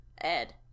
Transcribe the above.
Ed